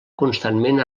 constantment